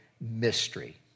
mystery